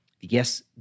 yes